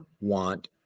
want